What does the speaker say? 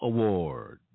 Award